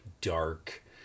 dark